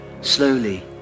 slowly